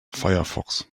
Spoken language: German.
firefox